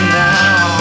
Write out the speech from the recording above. now